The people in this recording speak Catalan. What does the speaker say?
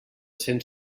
cent